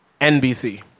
NBC